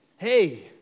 Hey